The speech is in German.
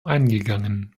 eingegangen